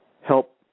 help